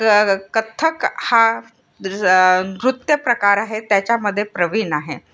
क कथ्थक हा नृत्यप्रकार आहे त्याच्यामध्ये प्रविण आहे